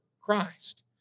Christ